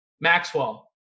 Maxwell